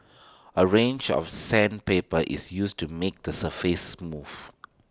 A range of sandpaper is used to make the surface smooth